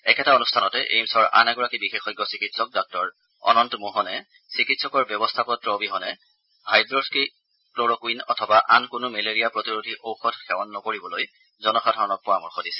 একেটা অনুষ্ঠানতে এইমছৰ আন এগৰাকী বিশেষজ্ঞ চিকিৎসক ডাঃ অনন্ত মোহনে চিকিৎসকৰ ব্যৱস্থা পত্ৰ অবিহনে হাইড্ স্পিক্লৰকুইন অথবা আন কোনো মেলেৰিয়া প্ৰতিৰোধী ঔষধ সেৱন নকৰিবলৈ জনসাধাৰণৰ পৰামৰ্শ দিছে